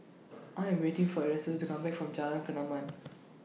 I Am waiting For Erastus to Come Back from Jalan Kemaman